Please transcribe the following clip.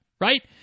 Right